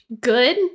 good